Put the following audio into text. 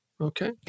Okay